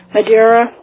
Madeira